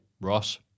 Ross